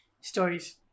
stories